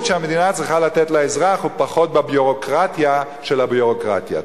שהמדינה צריכה לתת לאזרח ופחות בביורוקרטיה של הביורוקרטיה.